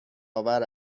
آور